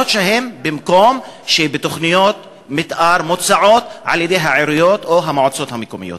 אף שהם בתוכניות מתאר המוצעות על-ידי העיריות או המועצות המקומיות?